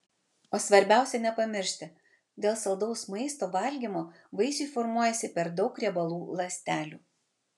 o svarbiausia nepamiršti dėl saldaus maisto valgymo vaisiui formuojasi per daug riebalų ląstelių